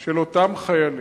של אותם חיילים.